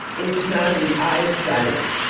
it's not an i sight,